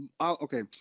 okay